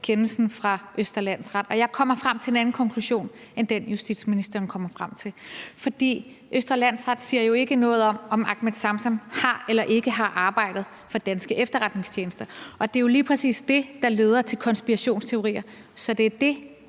kendelsen fra Østre Landsret, og jeg kommer frem til en anden konklusion end den, justitsministeren kommer frem til. For Østre Landsret siger ikke noget om, om Ahmed Samsam har eller ikke har arbejdet for danske efterretningstjenester, og det er jo lige præcis det, der leder til konspirationsteorier. Så det er det,